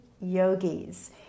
yogis